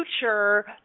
future